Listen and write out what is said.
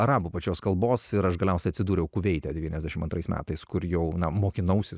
arabų pačios kalbos ir aš galiausiai atsidūriau kuveite devynesdešimt antrais metais kur jau na mokinausi